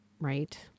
Right